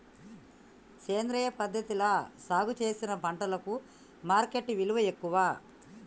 సేంద్రియ పద్ధతిలా సాగు చేసిన పంటలకు మార్కెట్ విలువ ఎక్కువ